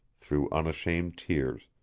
through unashamed tears,